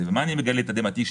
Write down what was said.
מה גיליתי, לתדהמתי?